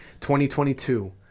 2022